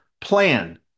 plan